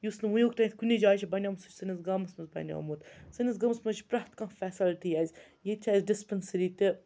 یُس نہٕ وٕنیُک تانٮ۪تھ کُنی جایہِ چھِ بَنیومُت سُہ چھِ سٲنِس گامَس منٛز بَنیومُت سٲنِس گامَس مَنٛز چھِ پرٛٮ۪تھ کانٛہہ فٮ۪سَلٹی اَسہِ ییٚتہِ چھِ اَسہِ ڈِسپٮ۪نسٔری تہِ